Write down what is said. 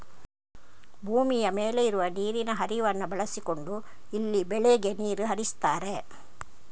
ಭೂಮಿಯ ಮೇಲೆ ಇರುವ ನೀರಿನ ಹರಿವನ್ನ ಬಳಸಿಕೊಂಡು ಇಲ್ಲಿ ಬೆಳೆಗೆ ನೀರು ಹರಿಸ್ತಾರೆ